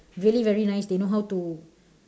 really very nice they know how to